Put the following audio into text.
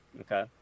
Okay